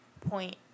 point